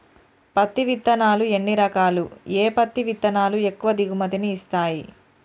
పత్తి విత్తనాలు ఎన్ని రకాలు, ఏ పత్తి విత్తనాలు ఎక్కువ దిగుమతి ని ఇస్తాయి?